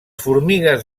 formigues